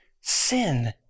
sin